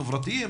חברתיים,